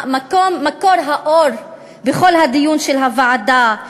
מקור האור בכל הדיון של הוועדה.